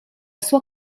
sua